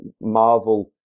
Marvel